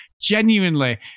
genuinely